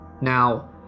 Now